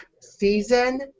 season